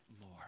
more